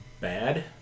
bad